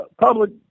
Public